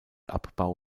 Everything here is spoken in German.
abbau